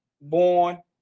born